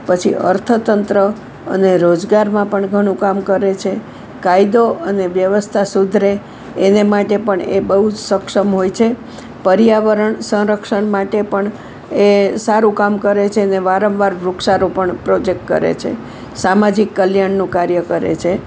પછી અર્થતંત્ર અને રોજગારમાં પણ ઘણું કામ કરે છે કાયદો અને વ્યવસ્થા સુધરે એને માટે પણ એ બહુ જ સક્ષમ હોય છે પર્યાવરણ સંરક્ષણ માટે પણ એ સારું કામ કરે છે ને વારંવાર વૃક્ષારોપણ પ્રોજેક્ટ કરે છે સામાજિક કલ્યાણનું કાર્ય કરે છે